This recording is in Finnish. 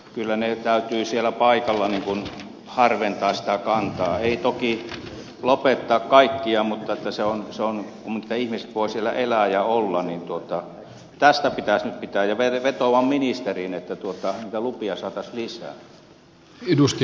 kyllä täytyy siellä paikalla harventaa sitä kantaa ei toki lopettaa kaikkia mutta että ihmiset voivat siellä elää ja olla niin tästä pitäisi nyt pitää kiinni ja vetoan ministeriin että niitä lupia saataisiin lisää